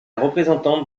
représentante